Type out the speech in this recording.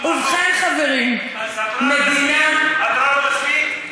ובכן, חברים, התורה לא מספיק?